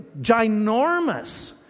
ginormous